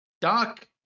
Doc